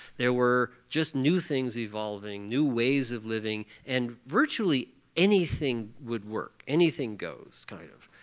there were just new things evolving, new ways of living, and virtually anything would work, anything goes kind of,